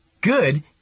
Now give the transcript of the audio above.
Good